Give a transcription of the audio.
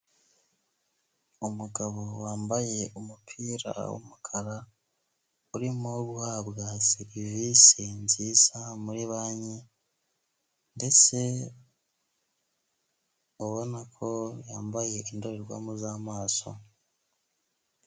Umugabo wambaye umupira w'umukara, urimo guhabwa serivisi nziza muri banki ndetse ubona ko yambaye indorerwamo z'amaso.